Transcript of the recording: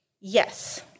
Yes